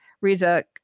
Riza